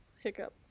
hiccup